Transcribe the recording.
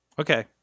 Okay